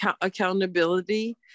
accountability